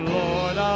lord